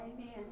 Amen